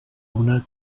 una